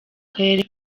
karere